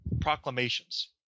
proclamations